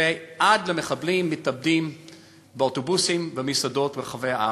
ועד למחבלים מתאבדים באוטובוסים ובמסעדות ברחבי הארץ.